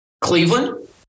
Cleveland